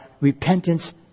repentance